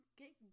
get